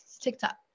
TikTok